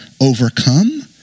overcome